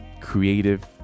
creative